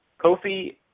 Kofi